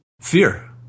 Fear